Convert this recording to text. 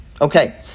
Okay